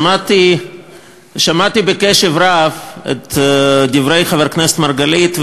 שמעתי בקשב רב את דברי חבר הכנסת מרגלית,